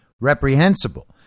reprehensible